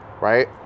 right